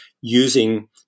using